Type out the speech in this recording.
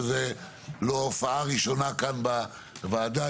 שזו לא הופעה ראשונה כאן בוועדה,